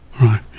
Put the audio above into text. right